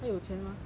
他有钱 mah